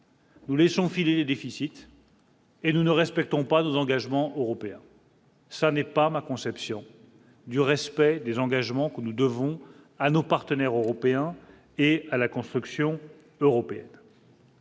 Nous laissons filer les déficits. Et nous ne respectant pas nos engagements européens. ça n'est pas ma conception du respect des engagements que nous devons à nos partenaires européens et à la construction européenne.